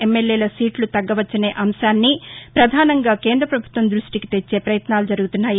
ఎమ్మెల్యేల సీట్ల తగ్గవచ్చనే అంశాన్ని ప్రధానంగా కేంద పభుత్వం దృష్టికి తెచ్చే పయత్నాలు జరుగుతున్నాయి